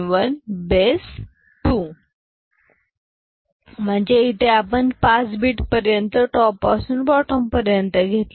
100112 म्हणजे इथे आपण 5 बीट पर्यंत टॉप पासून बोटॉम् पर्यंत घेतले